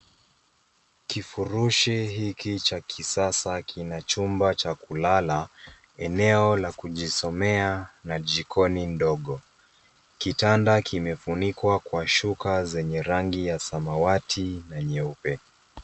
Kifurushi hiki cha kisasa kina chumba cha kulala , eneo la kujisomea na jikoni ndogo. Kitanda kimefunikwa kwenye shuka zenye rangi ya samawati na nyeupe.